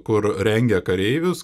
kur rengia kareivius